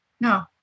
No